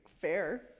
fair